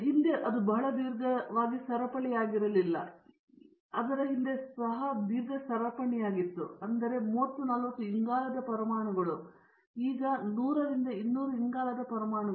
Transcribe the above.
ಹಿಂದೆ ಅದು ಬಹಳ ದೀರ್ಘವಾಗಿ ಸರಪಳಿಯಾಗಿರಲಿಲ್ಲ ಆದರೆ ಹಿಂದೆ ಸಹ ದೀರ್ಘ ಸರಪಣಿಯಾಗಿತ್ತು ಆದರೆ 30 40 ಇಂಗಾಲದ ಪರಮಾಣುಗಳು ಈಗ 100 200 ಇಂಗಾಲದ ಪರಮಾಣುಗಳು